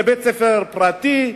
לבית-ספר פרטי,